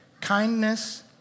kindness